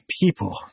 people